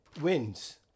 wins